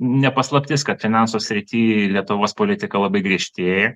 ne paslaptis kad finansų srity lietuvos politika labai griežtėja